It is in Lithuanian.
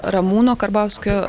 ramūno karbauskio